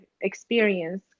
experience